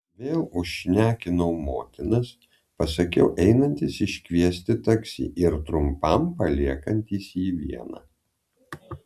vėl užšnekinau motinas pasakiau einantis iškviesti taksi ir trumpam paliekantis jį vieną